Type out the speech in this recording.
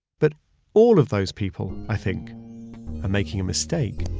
but all of those people, i think are making a mistake